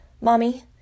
Mommy